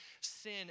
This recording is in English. sin